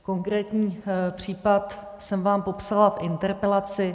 Konkrétní případ jsem vám popsala v interpelaci.